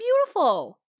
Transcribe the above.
beautiful